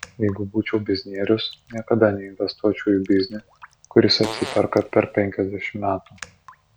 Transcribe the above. jeigu būčiau biznierius niekada neinvestuočiau į biznį kuris atsiperka per penkiasdešimt metų